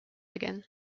again